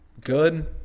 good